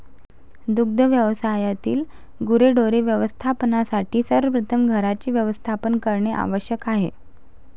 दुग्ध व्यवसायातील गुरेढोरे व्यवस्थापनासाठी सर्वप्रथम घरांचे व्यवस्थापन करणे आवश्यक आहे